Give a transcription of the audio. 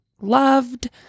loved